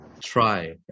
try